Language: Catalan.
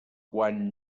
quan